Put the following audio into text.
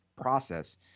process